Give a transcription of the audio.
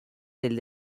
del